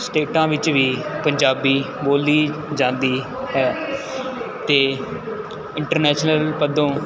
ਸਟੇਟਾਂ ਵਿੱਚ ਵੀ ਪੰਜਾਬੀ ਬੋਲੀ ਜਾਂਦੀ ਹੈ ਅਤੇ ਇੰਟਰਨੈਸ਼ਨਲ ਪੱਧੋਂ